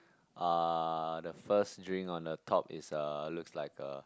uh the first drink on the top is a looks like a